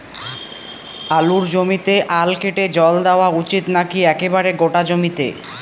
আলুর জমিতে আল কেটে জল দেওয়া উচিৎ নাকি একেবারে গোটা জমিতে?